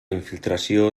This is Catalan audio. infiltració